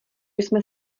jsme